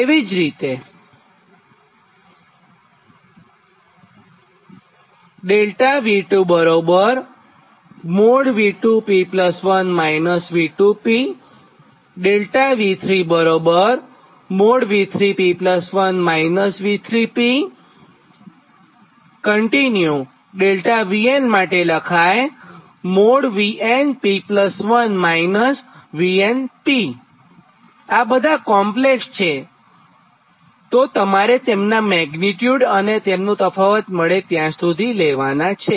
તે જ રીતે આ બધા કોમ્પલેક્ષ છેતો તમારે તેમનાં મેગ્નીટ્યુડ તેમનો તફાવત મળે ત્યાં સુધી લેવાનાં છે